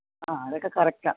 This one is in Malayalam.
ആ അതൊക്കെ കറക്റ്റാണ്